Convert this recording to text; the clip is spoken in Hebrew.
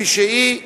כפי שהיא: